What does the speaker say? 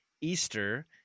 Easter